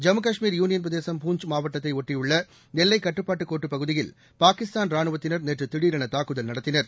Jammu Kashmir union பிரதேசம் பூஞ்ச் மாவட்டத்தை ஒட்டியுள்ள எல்லைக் கட்டுப்பாட்டு கோட்டுப் பகுதியில் பாகிஸ்தான் ராணுவத்தினர் நேற்று திடீரென தாக்குதல் நடத்தினர்